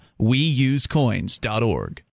WeUseCoins.org